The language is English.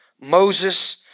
Moses